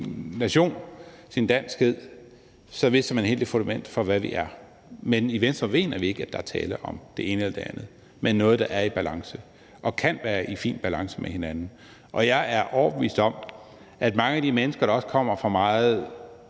nation, sin danskhed, mister man hele fundamentet for, hvad vi er. Men i Venstre mener vi ikke, at der er tale om det ene eller det andet, men noget, der er i balance og kan være i fin balance med hinanden. Jeg er overbevist om, at mange af de mennesker, der også kommer fra meget